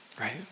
Right